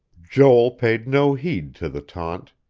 joel paid no heed to the taunt.